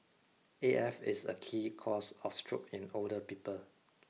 A F is a key cause of stroke in older people